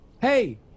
hey